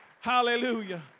hallelujah